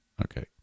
Okay